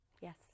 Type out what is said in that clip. Yes